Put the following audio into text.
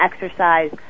exercise